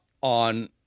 on